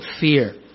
fear